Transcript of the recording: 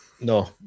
No